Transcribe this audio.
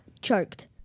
choked